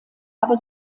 aber